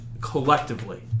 collectively